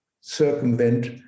circumvent